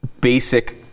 basic